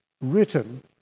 written